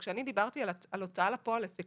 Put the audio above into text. אבל כשאני דיברתי על הוצאה לפועל אפקטיבית